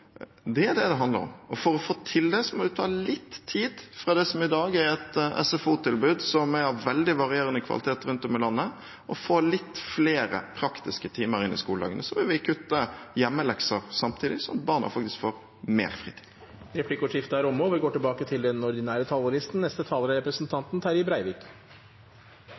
Det er det det handler om. Og for å få til det må vi ta litt tid fra det som i dag er et SFO-tilbud, som er av veldig varierende kvalitet rundt om i landet, og få litt flere praktiske timer inn i skoledagen. Samtidig vil vi kutte hjemmelekser, sånn at barna faktisk får mer fritid. Replikkordskiftet er omme. Samansetjinga av regjeringa er endra, og det vil naturleg nok òg politikken til ein viss grad verta. For Venstre er